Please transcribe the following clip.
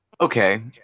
Okay